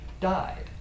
died